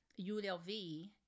ULV